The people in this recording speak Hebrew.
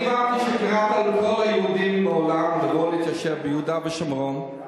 אני הבנתי שקראת לכל היהודים בעולם לבוא להתיישב ביהודה ושומרון,